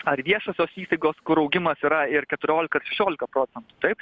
ar viešosios įstaigos kur augimas yra ir keturiolika šešiolika procentų taip